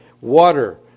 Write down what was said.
water